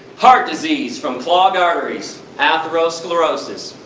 heart disease from clogged arteries, atherosclerosis.